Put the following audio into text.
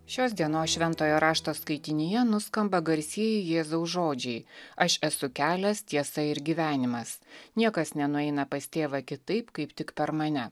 šios dienos šventojo rašto skaitinyje nuskamba garsieji jėzaus žodžiai aš esu kelias tiesa ir gyvenimas niekas nenueina pas tėvą kitaip kaip tik per mane